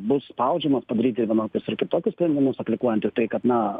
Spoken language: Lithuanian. bus spaudžiamas padaryti vienokius ar kitokius sprendimus aplikuojant į tai kad na